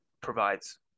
provides